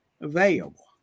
available